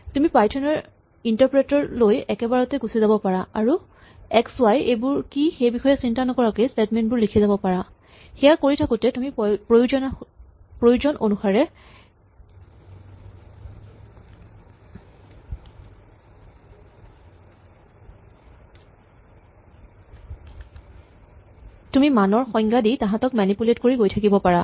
তুমি Python interpreter লৈ একেবাৰতে গুচি যাব পাৰা আৰু এক্স ৱাই এইবোৰ কি সেই বিষয়ে চিন্তা নকৰাকৈয়ে স্টেটমেন্ট বোৰ লিখি যাব পাৰা সেয়া কৰি থাকোতেই তুমি প্ৰয়োজন অনুসাৰে তুমি মানৰ সংজ্ঞা দি তাঁহাতক মেনিপুলেট কৰি গৈ থাকিব পাৰা